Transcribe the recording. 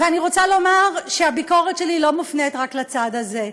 אבל אני רוצה לומר שהביקורת שלי לא מופנית רק לצד הזה.